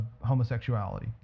homosexuality